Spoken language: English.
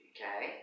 Okay